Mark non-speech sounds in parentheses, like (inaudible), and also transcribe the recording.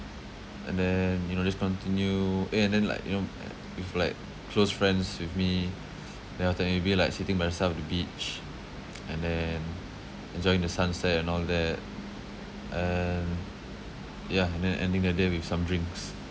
and then you know just continue eh and then like you know (noise) with like close friends with me then after that maybe like sitting by the side of the beach (noise) and then enjoying the sunset and all that and yeah and then ending the day with some drinks